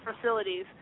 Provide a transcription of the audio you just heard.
facilities